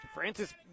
Francis